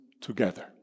together